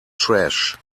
trash